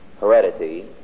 heredity